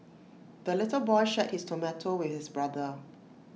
the little boy shared his tomato with his brother